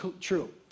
true